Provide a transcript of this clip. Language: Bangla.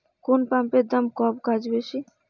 কোন পাম্পের দাম কম কাজ বেশি?